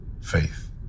faith